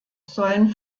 sollen